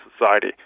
society